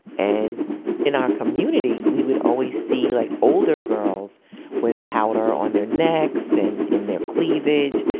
and in our community, we would always see like older girls with powder on their necks and in their cleavage.